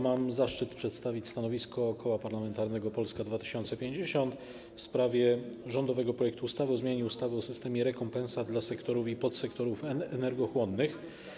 Mam zaszczyt przedstawić stanowisko Koła Parlamentarnego Polska 2050 w sprawie rządowego projektu ustawy o zmianie ustawy o systemie rekompensat dla sektorów i podsektorów energochłonnych.